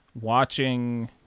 Watching